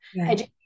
Education